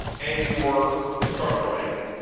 and your instructional manual.